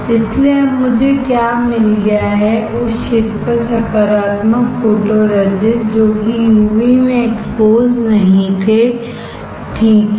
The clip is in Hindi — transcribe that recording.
इसलिए अब मुझे क्या मिल गया है उस क्षेत्र पर सकारात्मक फोटोरेजिस्ट जो कि यूवी में एक्सपोज नहीं थे ठीक है